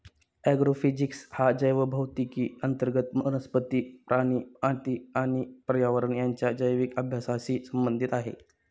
agrophysics हा जैवभौतिकी अंतर्गत वनस्पती, प्राणी, माती आणि पर्यावरण यांच्या जैविक अभ्यासाशी संबंधित आहे